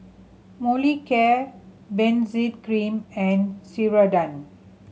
Molicare Benzac Cream and Ceradan